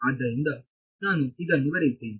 ಆದ್ದರಿಂದ ನಾನು ಇದನ್ನು ಬರೆಯುತ್ತೇನೆ